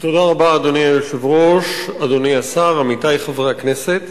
אדוני היושב-ראש, אדוני השר, עמיתי חברי הכנסת,